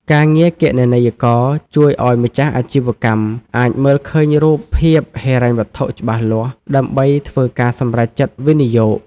ការងារគណនេយ្យករជួយឱ្យម្ចាស់អាជីវកម្មអាចមើលឃើញរូបភាពហិរញ្ញវត្ថុច្បាស់លាស់ ដើម្បីធ្វើការសម្រេចចិត្តវិនិយោគ។